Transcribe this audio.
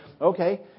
okay